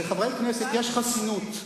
לחברי כנסת יש חסינות,